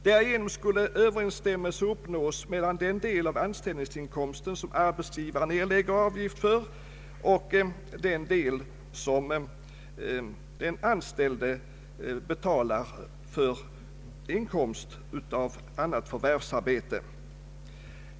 Därigenom «skulle överensstämmelse uppnås mellan den del av anställningsinkomsten som arbetsgivaren erlägger avgift för och den del som den anställde betalar för såsom varande inkomst av annat förvärvsarbete.